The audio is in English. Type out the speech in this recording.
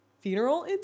funeral